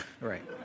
Right